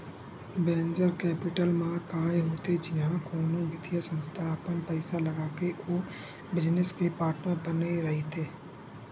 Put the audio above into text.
venture capital म काय होथे जिहाँ कोनो बित्तीय संस्था अपन पइसा लगाके ओ बिजनेस के पार्टनर बने रहिथे